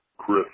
Chris